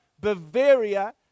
Bavaria